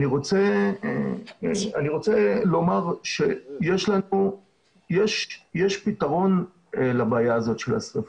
אני רוצה לומר שיש פתרון לבעיה של השריפות.